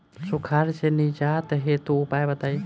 सुखार से निजात हेतु उपाय बताई?